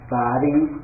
body